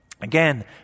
Again